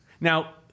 Now